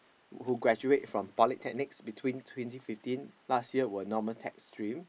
who graduate from polytechnics between twenty fifteen last year were normal tech stream